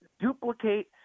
duplicate